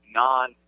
non